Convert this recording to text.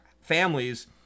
families